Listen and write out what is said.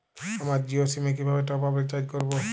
আমার জিও সিম এ কিভাবে টপ আপ রিচার্জ করবো?